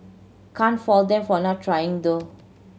can't fault them for not trying though